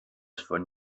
von